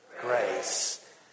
Grace